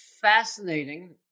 fascinating